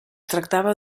tractava